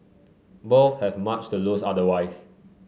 both have much to lose otherwise